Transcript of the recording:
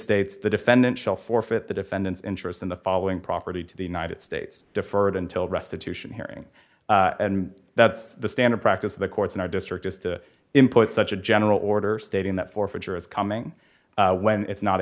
states the defendant shall forfeit the defendant's interest in the following property to the united states deferred until restitution hearing and that's the standard practice of the courts in our district is to input such a general order stating that forfeiture is coming when its not